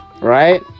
Right